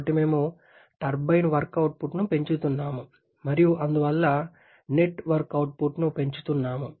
కాబట్టి మేము turbine work అవుట్పుట్ను పెంచుతున్నాము మరియు అందువల్ల నెట్ వర్క్ అవుట్పుట్ను పెంచుతున్నాము